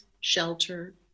shelter